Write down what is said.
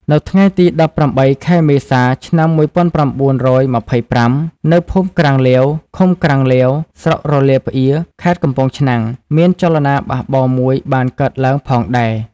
នៅថ្ងៃទី ១៨ ខែមេសា ឆ្នាំ ១៩២៥ នៅភូមិក្រាំងលាវ ឃុំក្រាំងលាវ ស្រុករលាប្អៀរ ខេត្តកំពង់ឆ្នាំង មានចលនាបះបោរមួយបានកើតឡើងផងដែរ។